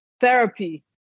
therapy